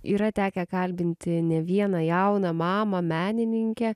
yra tekę kalbinti ne vieną jauną mamą menininkę